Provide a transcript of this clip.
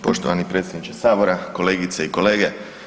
Poštovani predsjedniče Sabora, kolegice i kolege.